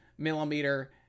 Millimeter